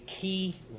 key